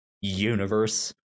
universe